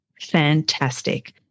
fantastic